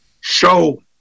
show